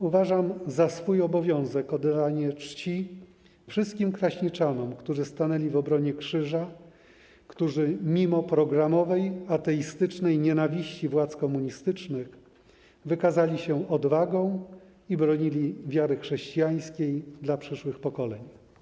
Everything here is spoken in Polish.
Uważam za swój obowiązek oddanie czci wszystkim kraśniczanom, którzy stanęli w obronie krzyża, którzy mimo programowej, ateistycznej nienawiści władz komunistycznych wykazali się odwagą i bronili wiary chrześcijańskiej dla przyszłych pokoleń.